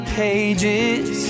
pages